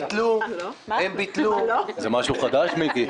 זה משהו חדש, מיקי?